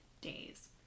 days